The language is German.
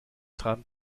dran